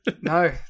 no